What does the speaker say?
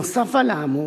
נוסף על האמור,